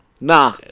Nah